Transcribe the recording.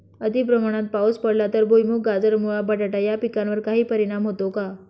अतिप्रमाणात पाऊस पडला तर भुईमूग, गाजर, मुळा, बटाटा या पिकांवर काही परिणाम होतो का?